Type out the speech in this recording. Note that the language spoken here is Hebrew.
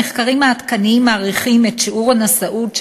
המחקרים העדכניים מעריכים את שיעור הנשאות של